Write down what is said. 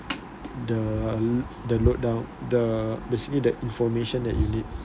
the load down the basically the information that you need